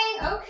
okay